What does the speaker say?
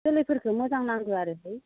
जोलैफोरखौ मोजां नांगौ आरो